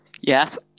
Yes